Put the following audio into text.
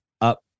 up